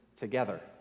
together